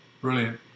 Brilliant